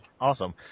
Awesome